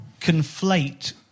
conflate